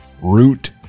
Root